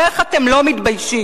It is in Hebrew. איך אתם לא מתביישים?